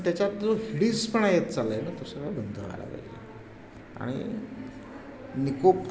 त्याच्यात जो हिडीसपणा येत चाललं आहे तो सगळ्या बंद व्हायला पाहिजे आणि निकोप